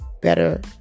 better